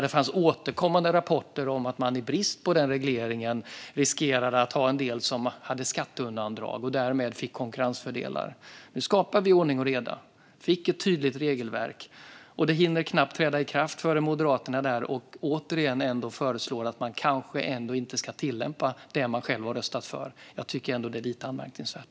Det fanns återkommande rapporter om att man i brist på den regleringen riskerade att ha en del som hade skatteundandrag och därmed fick konkurrensfördelar. Nu skapar vi ordning och reda. Vi fick ett tydligt regelverk. Det hinner knappt träda i kraft förrän Moderaterna är där och återigen föreslår att man kanske ändå inte ska tillämpa det man själv har röstat för. Jag tycker ändå att det är lite anmärkningsvärt.